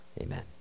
Amen